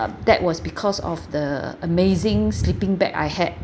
uh and that was because of the amazing sleeping bag I had